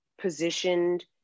positioned